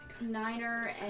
Niner